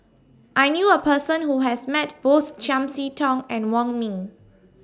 I knew A Person Who has Met Both Chiam See Tong and Wong Ming